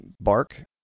bark